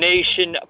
Nation